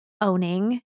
owning